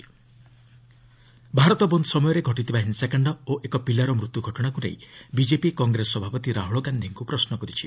ଭାରତ ବନ୍ଦ ଭାରତ ବନ୍ଦ ସମୟରେ ଘଟିଥିବା ହିଂସାକାଣ୍ଡ ଓ ଏକ ପିଲାର ମୃତ୍ୟୁ ଘଟଣାକୁ ନେଇ ବିଜେପି କଂଗ୍ରେସ ସଭାପତି ରାହୁଳ ଗାନ୍ଧିଙ୍କୁ ପ୍ରଶ୍ର କରିଛି